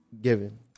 given